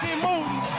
and move.